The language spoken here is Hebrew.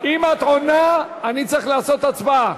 אם את עונה, אני צריך לעשות הצבעה.